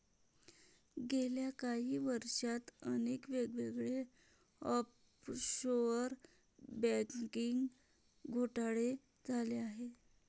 गेल्या काही वर्षांत अनेक वेगवेगळे ऑफशोअर बँकिंग घोटाळे झाले आहेत